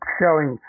showing